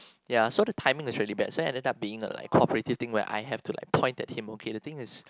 yeah so the timing is really bad so end up being a like a cooperative thing where I have to point at him okay the thing is